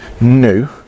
new